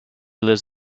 lives